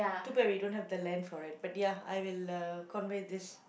too bad we don't have the lense for it but ya I would love convey this